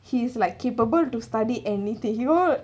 he's like capable to study anything you know what